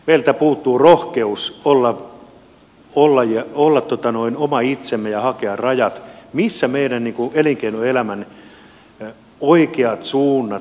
meiltä puuttuu rohkeus olla oma itsemme ja hakea rajat missä meidän elinkeinoelämän oikeat suunnat menevät